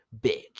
bitch